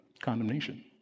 Condemnation